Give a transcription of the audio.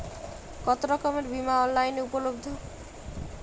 কতোরকমের বিমা অনলাইনে উপলব্ধ?